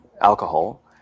alcohol